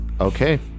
Okay